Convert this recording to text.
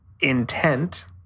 intent